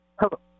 Hello